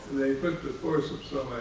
they put the forceps